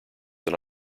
than